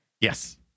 Yes